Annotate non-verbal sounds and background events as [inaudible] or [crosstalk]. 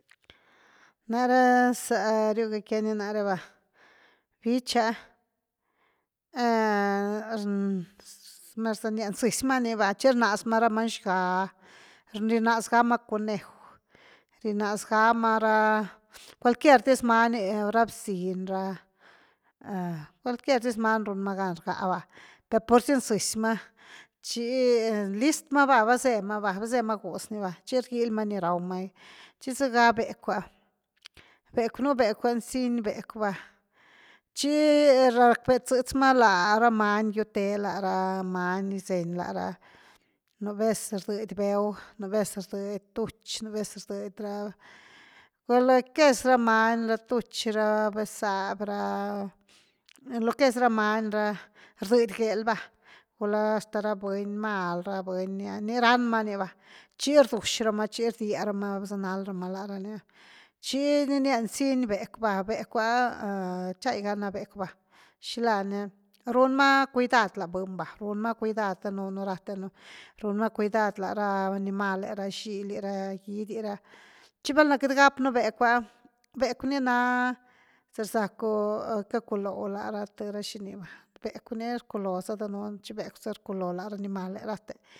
Naree’ zaryuu gykiani nareeva bíchiaah [hesitation] [unintelligible] merzaâ niaa’ nz’zyma niva chii’ rnazma ra maany xgaa’ rinaaz gaamá cuneju rynazgama rah cualquier diz maany ra bziny ra [hesitation] cualquier diz maany runma gan rgava per purzi z>zyma chi listmava vacema-vacema guzniva chi rgylyma ni raumay chi z>zygaa’ beku’a, beku’ nu beku’ ziny beku’va chi rakve s>sma la ra maangy guiutee la raa’ b>zeny, nu vez r>d>y beu, nu vez r>d>y túchy, nu vez r>d>y ra lo que es ra maany ra túchy, ra beezâby, ra lo que es ra maany ra r>d>y gêelva guula hashta ra buny mal ra buny, ni ranma’ ni vá chi r>duxiraama chi r>dierama’ va se nalraama la raany chi ni nia n>ziny beku’ va beku’a chay ga na beku’ va shilany runmá cuidad la buny va runmá cuidad danunu raténu runmá cuidad la ranimalee ra xili, ra gidy ra chi valna kat gapnu beku’a, beku’ nina z>zaku kakuloo’ laa’ra t>ra shiniva beku’ni rkuloo’za danunu chi beku’ za rkuloo la ranimalee raate.